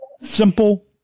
simple